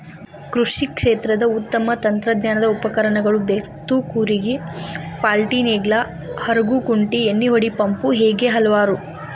ಕೃಷಿ ಕ್ಷೇತ್ರದ ಉತ್ತಮ ತಂತ್ರಜ್ಞಾನದ ಉಪಕರಣಗಳು ಬೇತ್ತು ಕೂರಿಗೆ ಪಾಲ್ಟಿನೇಗ್ಲಾ ಹರಗು ಕುಂಟಿ ಎಣ್ಣಿಹೊಡಿ ಪಂಪು ಹೇಗೆ ಹಲವಾರು